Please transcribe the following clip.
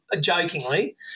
jokingly